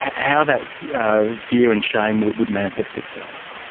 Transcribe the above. how that fear and shame would manifest itself?